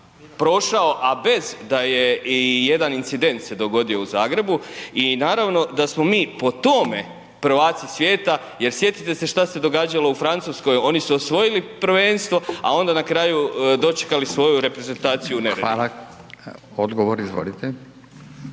a bez da je ijedan incident se dogodio u Zagrebu i naravno da smo mi po tome prvaci svijeta jer sjetite se šta se događalo u Francuskoj, oni su osvojili prvenstvo a onda na kraju dočekali svoju reprezentaciju u neredu. **Radin, Furio